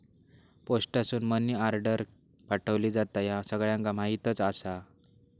पोस्टासून money order पाठवली जाता, ह्या सगळ्यांका माहीतच आसा